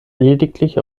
lediglich